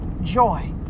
joy